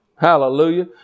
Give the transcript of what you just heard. Hallelujah